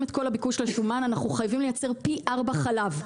את כל הביקוש לשומן אנחנו חייבים לייצר פי 4 חלב.